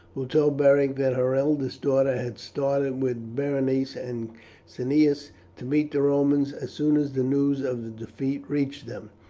who told beric that her eldest daughter had started with berenice and cneius to meet the romans as soon as the news of the defeat reached them.